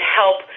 help